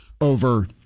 over